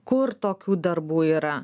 kur tokių darbų yra